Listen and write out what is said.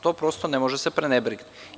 To prosto ne može da se prenebregne.